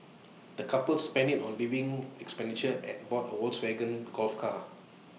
the couple spent IT on living expenditure and bought A Volkswagen golf car